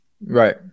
Right